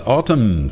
Autumn